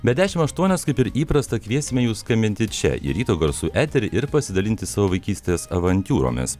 be dešim aštuonios kaip ir įprasta kviesime jus skambinti čia į ryto garsų eterį ir pasidalinti savo vaikystės avantiūromis